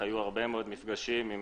היו הרבה מפגשים עם